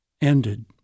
Ended